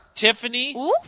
Tiffany